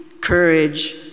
courage